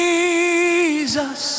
Jesus